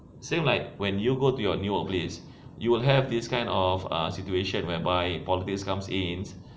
same like when you go to your new work place you have this kind of situation whereby politics comes in